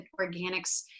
organics